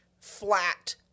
flat